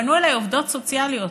פנו אליי עובדות סוציאליות